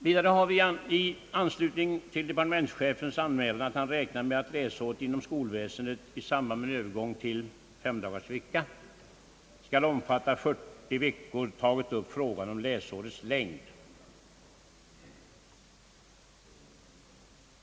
Vidare har vi i anslutning till departementschefens anmälan att han räknar med att läsåret inom skolväsendet i samband med övergång till femdagarsvecka skall omfatta 40 veckor, tagit upp frågan om läsårets längd.